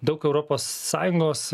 daug europos sąjungos